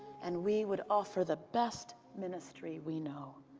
and we would offer the best ministry we know.